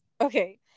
Okay